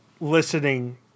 listening